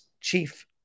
chief